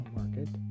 market